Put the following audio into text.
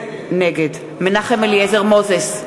נגד מנחם אליעזר מוזס,